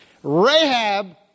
Rahab